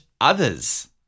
others